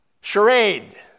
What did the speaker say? charade